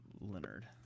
leonard